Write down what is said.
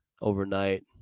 overnight